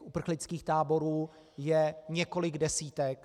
Uprchlických táborů je několik desítek.